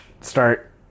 start